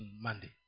Monday